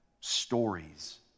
stories